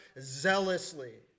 zealously